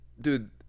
Dude